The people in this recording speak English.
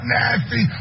nasty